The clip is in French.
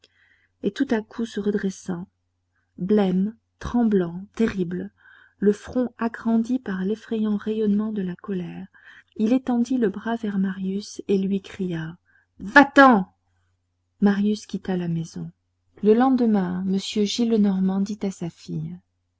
et tout à coup se redressant blême tremblant terrible le front agrandi par l'effrayant rayonnement de la colère il étendit le bras vers marius et lui cria va-t'en marius quitta la maison le lendemain m gillenormand dit à sa fille